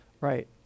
Right